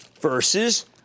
versus